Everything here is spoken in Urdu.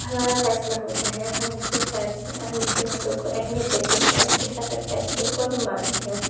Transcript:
ہمارا فیصلہ ہوتا ہے ہم اُن کے خیر سے ہم اُن کی باتوں کو اہمیت دیتے ہیں اور اُن کے ہر ہر فیصلوں کو ہم مانتے ہیں